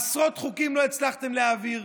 עשרות חוקים לא הצלחתם להעביר,